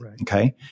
okay